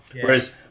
Whereas